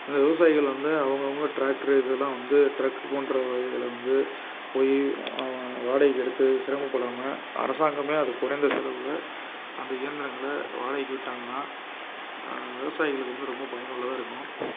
இந்த விவசாயிகள் வந்து அவங்கவுங்க ட்ரெக்ட்ரு இதெல்லாம் வந்து ட்ரக் போன்ற வகைகளை வந்து போய் வாடகைக்கு எடுத்து சிரமப்படாமல் அரசாங்கமே அதுக்கு குறைந்த செலவில் அந்த இயந்திரங்களை வாடகைக்கு விட்டாங்கனால் விவசாயிங்களுக்கு வந்து ரொம்ப பயனுள்ளதாக இருக்கும்